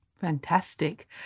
Fantastic